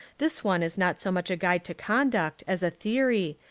this one is not so much a guide to conduct as a theory,